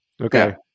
Okay